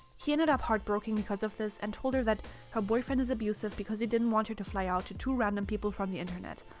he ended up heartbroken because of this and told her that her boyfriend is abusive because he didn't want her to fly out to two random people from the internet.